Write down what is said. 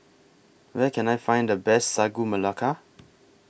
Where Can I Find The Best Sagu Melaka